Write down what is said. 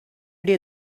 day